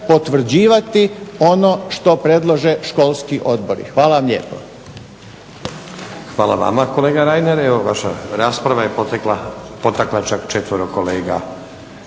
potvrđivati ono što predlože školski odbori. Hvala vam lijepo. **Stazić, Nenad (SDP)** Hvala vama kolega Reiner. Evo vaša rasprava je potakla čak 4 kolega